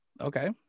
Okay